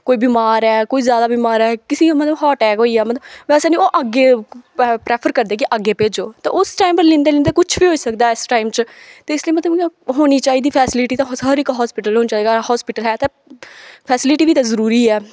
कोई बिमार ऐ कोई ज्यादा बिमार ऐ किसें गी मतलब हार्ट अटैक होई गेआ मतलब बैसा नेईं ओह् अग्गें प्रेफर करदे कि अग्गें भेजो ते उस टाइम उप्पर लेंदे लेंदे कुछ बी होई सकदा उस टाइम च ते इसलेई मतलब होनी चाहिदी फैसीलिटी हर इक हास्पिटल होना चाहिदा हास्पिटल ऐ ते फैसीलिटी बी ते जरूरी ऐ